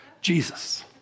Jesus